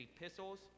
epistles